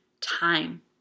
time